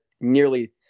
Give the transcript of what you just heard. nearly –